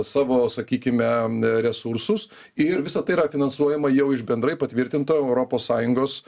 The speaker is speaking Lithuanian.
savo sakykime resursus ir visa tai yra finansuojama jau iš bendrai patvirtinto europos sąjungos